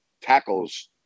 tackles